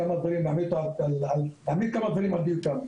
כמה דברים, כלומר להעמיד כמה דברים על דיוקם.